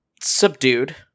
subdued